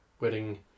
wedding